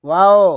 wow